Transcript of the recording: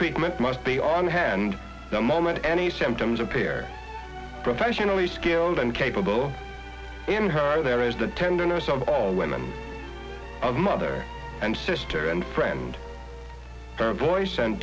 treatment must be on hand the moment any symptoms appear professionally skilled and capable in her there is the tenderness of all women of mother and sister and friend her voice and